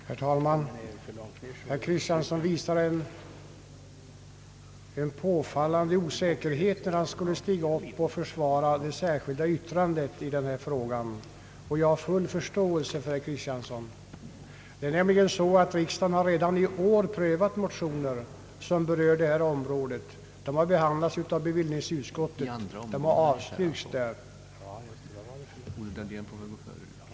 Herr talman! Herr Kristiansson visade en påfallande osäkerhet när han skulle stiga upp och försvara det särskilda yttrandet i denna fråga. Jag har full förståelse för herr Kristiansson. Det är nämligen så att riksdagen redan i år prövat motioner som berör detta område. De har behandlats av bevillningsutskottet som har avstyrkt dem.